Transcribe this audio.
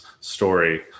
story